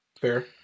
Fair